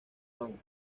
town